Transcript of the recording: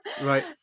Right